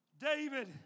David